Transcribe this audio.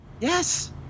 Yes